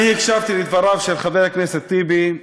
אני הקשבתי לדבריו של חבר הכנסת טיבי,